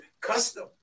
custom